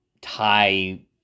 tie